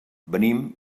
venim